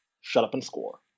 shut-up-and-score